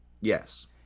Yes